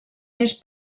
més